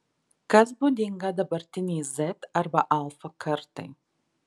kas būdinga dabartinei z arba alfa kartai